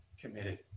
committed